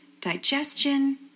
digestion